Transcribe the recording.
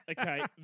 Okay